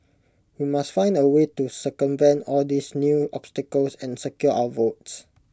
we must find A way to circumvent all these new obstacles and secure our votes